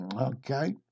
okay